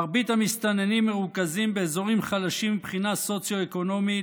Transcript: מרבית המסתננים מרוכזים באזורים חלשים מבחינה סוציו-אקונומית,